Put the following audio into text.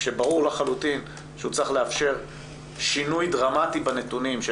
כשברור לחלוטין שהוא צריך לאפשר שינוי דרמטי בנתונים,